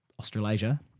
Australasia